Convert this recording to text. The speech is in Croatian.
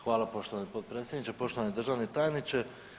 Hvala poštovani potpredsjedniče, poštovani državni tajniče.